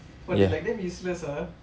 !wah! they like damn useless ah